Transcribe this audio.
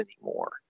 anymore